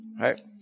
Right